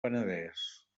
penedès